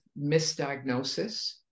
misdiagnosis